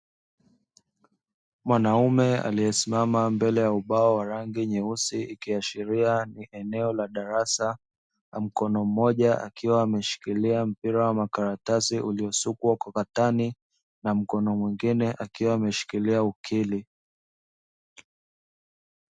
Mwanaume aliyesimama mbele ya ubao wa rangi nyeusi ikiashiria ni eneo la darasa. Na mkono mmoja akiwa ameshikilia mpira wa makaratasi uliosukwa kwa katani na mkono mwingine akiwa ameshikilia ukili.